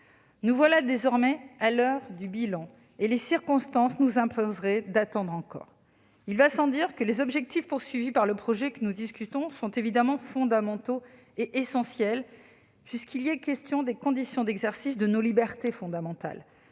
Nous voilà désormais à l'heure du bilan, et les circonstances nous imposeraient d'attendre encore. Il va sans dire que les objectifs du projet de loi dont nous discutons sont évidemment fondamentaux et essentiels, puisqu'il y est question des conditions d'exercice de nos libertés fondamentales.